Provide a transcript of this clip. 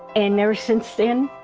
and ever since then,